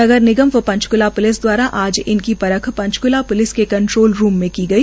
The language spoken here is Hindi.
नगर निगम व् पंचक्ला प्लिस द्वारा आज इनकी परख पंचक्ला प्लिस के कंट्रोल रूम में की गई